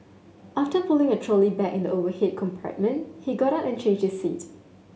after putting a trolley bag in the overhead compartment he got up and changed his seat